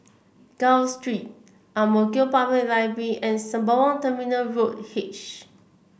Gul Street Ang Mo Kio Public Library and Sembawang Terminal Road H